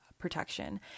protection